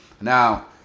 Now